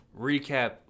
recap